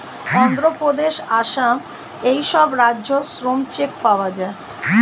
অন্ধ্রপ্রদেশ, আসাম এই সব রাজ্যে শ্রম চেক পাওয়া যায়